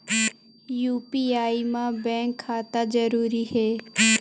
UPI मा bank खाता जरूरी हे?